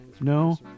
No